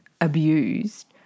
abused